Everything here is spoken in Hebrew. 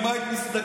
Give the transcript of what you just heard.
אם היית מסתכלת,